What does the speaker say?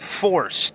forced